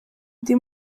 ndi